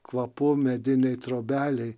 kvapu medinėj trobelėj